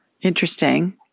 Interesting